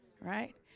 Right